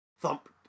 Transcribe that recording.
thump